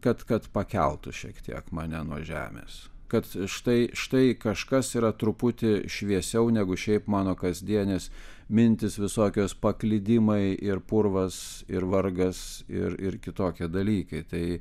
kad kad pakeltų šiek tiek mane nuo žemės kad štai štai kažkas yra truputį šviesiau negu šiaip mano kasdienės mintys visokios paklydimai ir purvas ir vargas ir ir kitokie dalykai tai